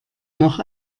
noch